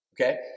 okay